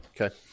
Okay